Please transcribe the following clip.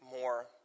more